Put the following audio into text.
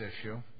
issue